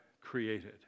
created